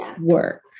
work